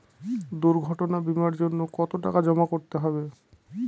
দুর্ঘটনা বিমার জন্য কত টাকা জমা করতে হবে?